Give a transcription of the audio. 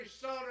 Son